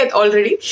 already